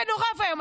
זה נורא ואיום.